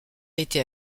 été